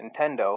Nintendo